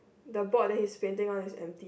the board that he's painting on is empty